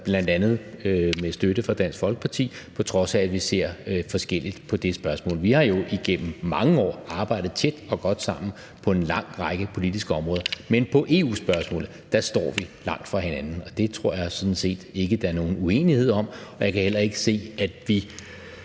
bl.a. med støtte fra Dansk Folkeparti, på trods af at vi ser forskelligt på det spørgsmål. Vi har jo igennem mange år arbejdet tæt og godt sammen på en lang række politiske områder. Men på EU-spørgsmålet står vi langt fra hinanden – det tror jeg sådan set ikke at der er nogen uenighed om – og jeg kan heller ikke se, at vi